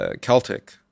Celtic